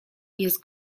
jest